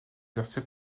exercé